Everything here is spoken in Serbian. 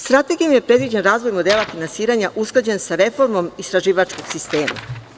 Strategijom je predviđen razvoj modela finansiranja usklađen sa reformom istraživačkog sistema.